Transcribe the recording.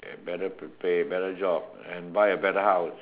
ya better prepare better job and buy a better house